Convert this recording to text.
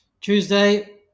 Tuesday